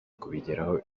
kubigeraho